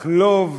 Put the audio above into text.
לחלוב,